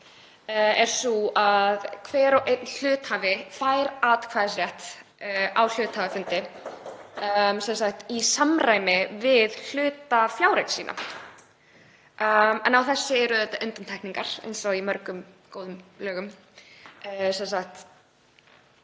og einn hluthafi fær atkvæðisrétt á hluthafafundi í samræmi við hlutafjáreign sína. En á þessu eru auðvitað undantekningar eins og í mörgum góðum lögum,